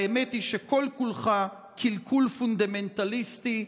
האמת היא שכל-כולך קלקול פונדמנטליסטי.